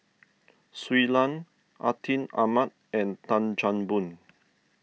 Shui Lan Atin Amat and Tan Chan Boon